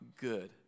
good